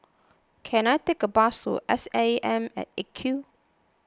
can I take a bus to S A M at eight Q